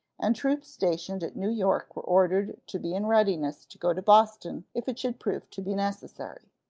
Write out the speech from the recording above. and troops stationed at new york were ordered to be in readiness to go to boston if it should prove to be necessary.